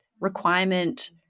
requirement